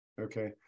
Okay